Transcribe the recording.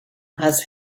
has